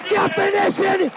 definition